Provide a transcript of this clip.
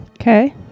okay